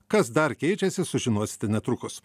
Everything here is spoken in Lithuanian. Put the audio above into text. kas dar keičiasi sužinosite netrukus